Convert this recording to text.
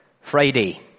Friday